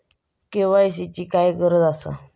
KYC ची काय गरज आसा?